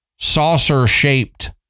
saucer-shaped